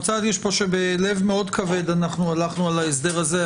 אני רוצה להדגיש פה שבלב מאוד כבד אנחנו הלכנו על ההסדר הזה,